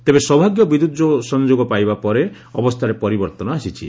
ତେବେ ସୌଭାଗ୍ୟ ବିଦ୍ୟୁତ୍ ସଂଯୋଗ ପାଇବା ପରେ ଅବସ୍ସାରେ ପରିବର୍ତ୍ତନ ଆସିଛି